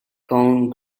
cone